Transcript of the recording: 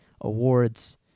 awards